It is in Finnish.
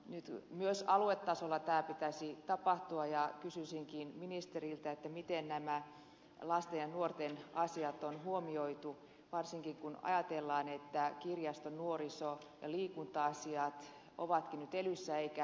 nyt myös aluetasolla tämän pitäisi tapahtua ja kysyisinkin ministeriltä miten nämä lasten ja nuorten asiat on huomioitu varsinkin kun ajatellaan että kirjasto nuoriso ja liikunta asiat ovatkin nyt elyssä eivätkä avissa